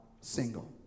single